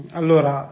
allora